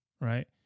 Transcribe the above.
right